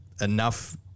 enough